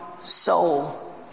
soul